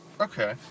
Okay